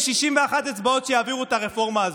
יש 61 אצבעות שיעבירו את הרפורמה הזאת.